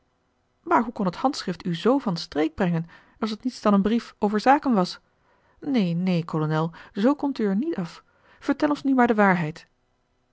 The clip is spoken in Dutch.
maar hoe kon het handschrift u zoo van streek brengen als het niets dan een brief over zaken was neen neen kolonel zoo komt u er niet af vertel ons nu maar de waarheid